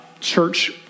church